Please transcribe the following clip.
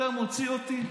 אתה מוציא אותי?